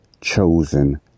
chosen